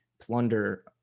plunder